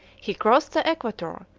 he crossed the equator,